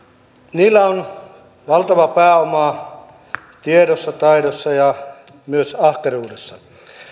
niillä on valtavaa pääomaa tiedossa taidossa ja myös ahkeruudessa